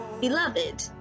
Beloved